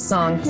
Song